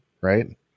right